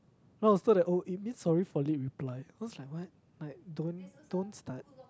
no so that oh it means sorry for late reply sounds like what like don't don't start